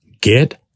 get